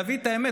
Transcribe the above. להביא את האמת.